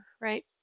right